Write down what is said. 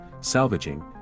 salvaging